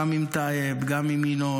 גם עם טייב, גם עם ינון,